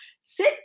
Sit